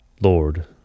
Lord